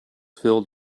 filled